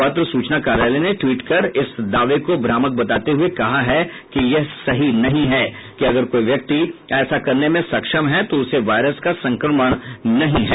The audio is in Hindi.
पत्र सूचना कार्यालय ने ट्वीट कर इस दावे को भ्रामक बताते हुए कहा है कि यह सही नहीं है कि अगर कोई व्यक्ति ऐसा करने में सक्षम है तो उसे वायरस का संक्रमण नहीं है